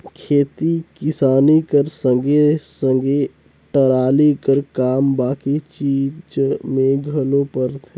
खेती किसानी कर संघे सघे टराली कर काम बाकी चीज मे घलो परथे